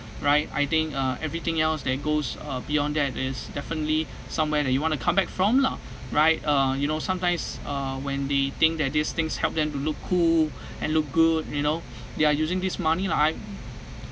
right I think uh everything else that goes uh beyond that is definitely somewhere that you want to come back from lah right uh you know sometimes uh when they think that these things help them to look cool and look good you know they are using this money lah I